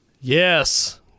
Yes